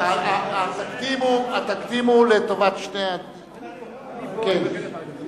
התקדים הוא לטובת שני הצדדים.